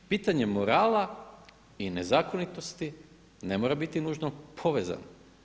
Pitanje morala i nezakonitosti ne mora biti nužno povezano.